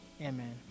Amen